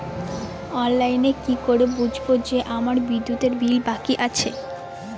অনলাইনে কি করে বুঝবো যে আমার বিদ্যুতের বিল বাকি আছে?